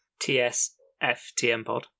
T-S-F-T-M-Pod